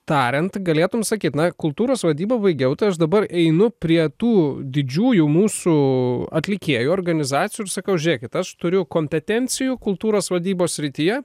tariant galėtum sakyt na kultūros vadybą baigiau tai aš dabar einu prie tų didžiųjų mūsų atlikėjų organizacijų ir sakau žiūrėkit aš turiu kompetencijų kultūros vadybos srityje